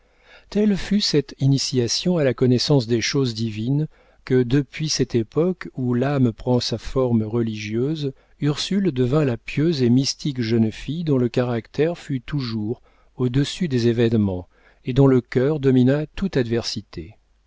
telle fut cette initiation à la connaissance des choses divines que depuis cette époque où l'âme prend sa forme religieuse ursule devint la pieuse et mystique jeune fille dont le caractère fut toujours au-dessus des événements et dont le cœur domina toute adversité